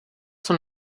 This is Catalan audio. són